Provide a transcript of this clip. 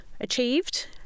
achieved